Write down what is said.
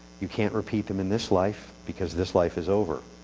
you can't repeat them in this life because this life is over.